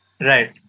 Right